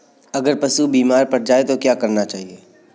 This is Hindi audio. अगर पशु बीमार पड़ जाय तो क्या करना चाहिए?